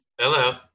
Hello